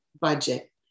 budget